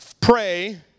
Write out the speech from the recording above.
pray